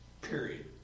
Period